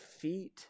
feet